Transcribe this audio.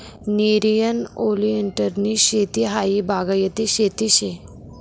नेरियन ओलीएंडरनी शेती हायी बागायती शेती शे